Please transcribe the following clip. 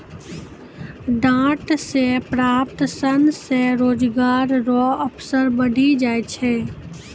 डांट से प्राप्त सन से रोजगार रो अवसर बढ़ी जाय छै